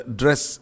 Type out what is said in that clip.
dress